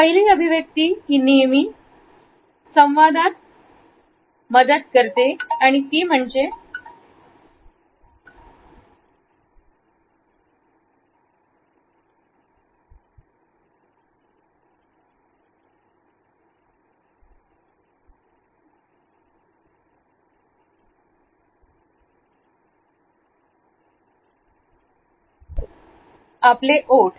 पहिली अभिव्यक्ती ही नेहमी संवादात मदत करते ते आपले ओठ